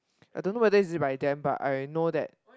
I don't know whether is it by them but I know that